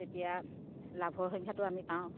তেতিয়া লাভৰ সংখ্যাটো আমি পাওঁ